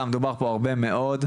גם דובר פה הרב המאוד,